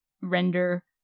render